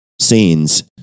scenes